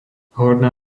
horná